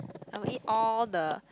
I will eat all the